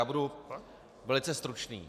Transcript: Budu velice stručný.